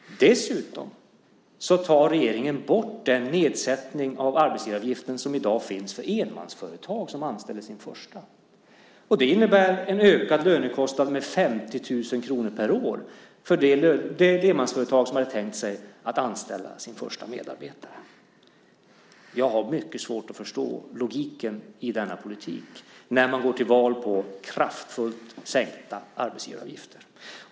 Dessutom tar regeringen bort den nedsättning av arbetsgivaravgiften som i dag finns för enmansföretag som anställer sin första. Det innebär en ökad lönekostnad med 50 000 kr per år för det enmansföretag som hade tänkt anställa sin första medarbetare. Jag har mycket svårt att förstå logiken i denna politik, när man går till val på kraftfullt sänkta arbetsgivaravgifter.